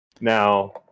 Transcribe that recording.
Now